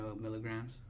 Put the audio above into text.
milligrams